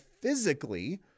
physically